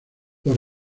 los